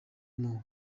muri